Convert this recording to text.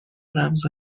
رمز